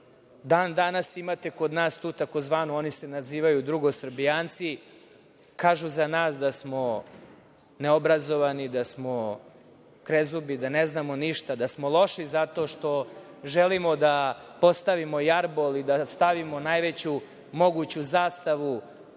dan danas imate kod nas tu tzv. oni se nazivaju drugosrbijanci, kažu za nas da smo neobrazovani, da smo krezubi, da ne znamo ništa, da smo loši zato što želimo da postavimo jarbol i da stavimo najveću moguću zastavu